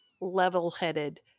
level-headed